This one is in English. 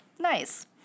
Nice